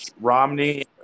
Romney